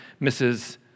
Mrs